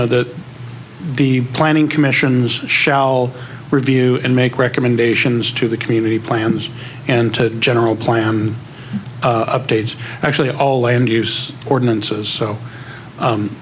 know the the planning commission shall review and make recommendations to the community plans and to general plan updates actually all and use ordinances